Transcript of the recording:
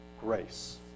Grace